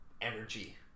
energy